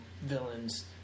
villains